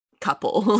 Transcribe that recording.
couple